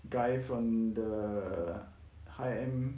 guy from the high end